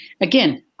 again